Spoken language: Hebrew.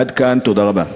עד כאן, תודה רבה.